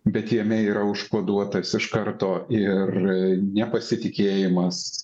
bet jame yra užkoduotas iš karto ir nepasitikėjimas